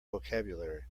vocabulary